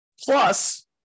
Plus